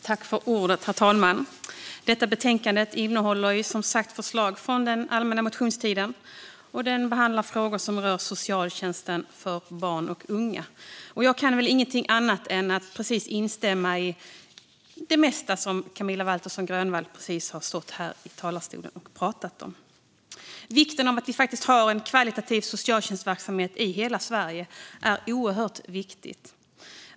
Herr talman! Detta betänkande innehåller som sagt förslag från den allmänna motionstiden och behandlar frågor som rör socialtjänsten för barn och unga. Jag kan inte annat än instämma i det mesta som Camilla Waltersson Grönvall precis har stått här i talarstolen och pratat om. Att vi har en kvalitativ socialtjänstverksamhet i hela Sverige är oerhört viktigt.